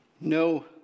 no